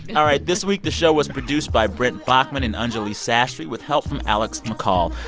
all right, this week the show was produced by brent baughman and anjuli sastry with help from alex mccall.